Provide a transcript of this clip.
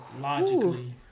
logically